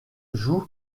joue